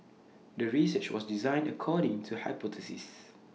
the research was designed according to hypothesis